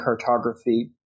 cartography